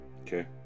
Okay